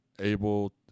able